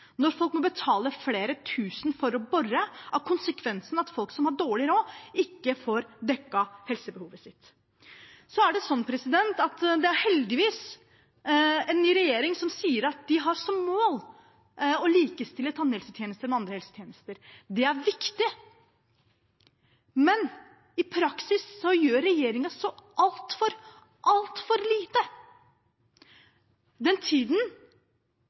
Når folk må betale flere tusen for å bore, er konsekvensen at folk som har dårlig råd, ikke får dekket helsebehovet sitt. Heldigvis er det en ny regjering, som sier at den har som mål å likestille tannhelsetjenester med andre helsetjenester. Det er viktig, men i praksis gjør regjeringen så altfor, altfor lite. Den tiden